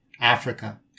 Africa